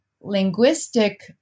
linguistic